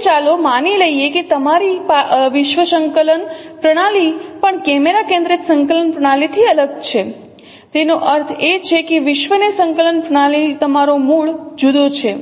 હવે ચાલો માની લઈએ કે તમારી વિશ્વ સંકલન પ્રણાલી પણ કેમેરા કેન્દ્રિત સંકલન પ્રણાલીથી અલગ છે તેનો અર્થ એ કે વિશ્વની સંકલન પ્રણાલીનો તમારો મૂળ જુદો છે